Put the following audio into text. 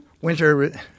Winter